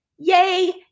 Yay